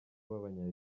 b’abanya